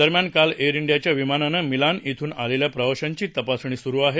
दरम्यान काल एअर डियाच्या विमानान मिलान ड्रून आलेल्या प्रवाशांची तपासणी सुरु आहेत